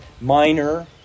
minor